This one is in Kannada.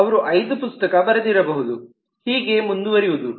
ಅವರು ಐದು ಪುಸ್ತಕ ಬರೆದಿರಬಹುದು ಹೀಗೆ ಮುಂದುವರೆವುದು